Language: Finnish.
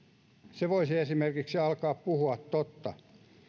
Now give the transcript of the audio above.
se voisi esimerkiksi alkaa puhua totta